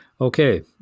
Okay